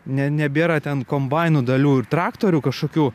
ne nebėra ten kombaino dalių ir traktorių kažkokių